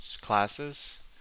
classes